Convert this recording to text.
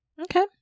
okay